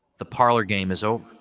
the parlor game is over.